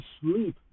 sleep